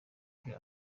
ibyo